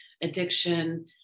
addiction